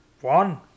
One